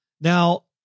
Now